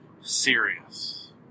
serious